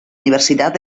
universitat